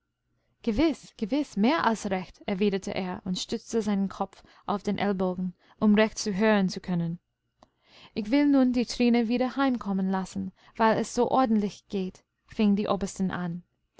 gewiß gewiß mehr als recht erwiderte er und stützte seinen kopf auf den ellbogen um recht zuhören zu können ich will nun die trine wieder heimkommen lassen weil es so ordentlich geht fing die oberstin an